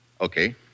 Okay